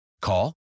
Call